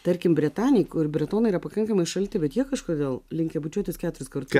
tarkim bretanėj kur bretonai yra pakankamai šalti bet jie kažkodėl linkę bučiuotis keturis kartus